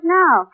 now